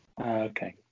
Okay